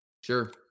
Sure